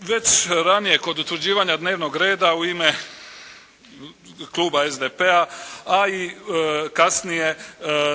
Već ranije kod utvrđivanja dnevnog reda u ime Kluba SDP-a a i kasnije